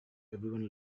everyone